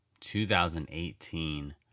2018